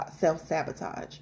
self-sabotage